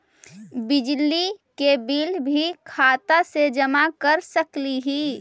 बिजली के बिल भी खाता से जमा कर सकली ही?